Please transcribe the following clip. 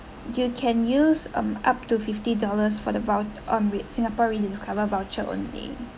you can use um up to fifty dollars for the vou~ um with singapore rediscover voucher only